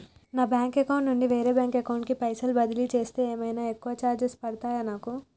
నా bank account నుండి వేరే బ్యాంక్ అకౌంట్ కి పైసల్ బదిలీ చేస్తే ఏమైనా ఎక్కువ చార్జెస్ పడ్తయా నాకు?